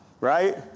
Right